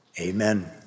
amen